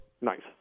Nice